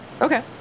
Okay